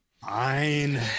Fine